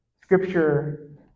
Scripture